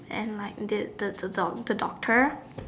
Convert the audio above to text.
and like the the the do the doctor